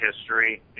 history